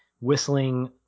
whistling